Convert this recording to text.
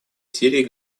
сирии